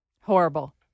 Horrible